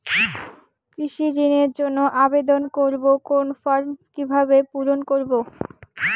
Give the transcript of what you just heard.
কৃষি ঋণের জন্য আবেদন করব কোন ফর্ম কিভাবে পূরণ করব?